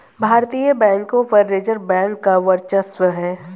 भारतीय बैंकों पर रिजर्व बैंक का वर्चस्व है